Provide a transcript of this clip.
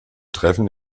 treffen